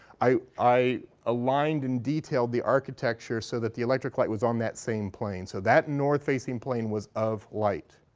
i i aligned in detail the architecture so that the electric light was on that same plane. so that north-facing plane was of light,